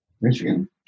Michigan